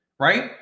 right